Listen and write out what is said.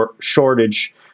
shortage